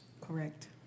Correct